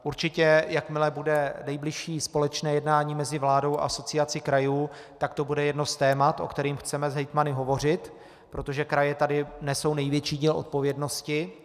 Určitě jakmile bude nejbližší společné jednání mezi vládou a Asociací krajů, bude to jedno z témat, o kterém chceme s hejtmany hovořit, protože kraje tady nesou největší díl odpovědnosti.